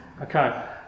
Okay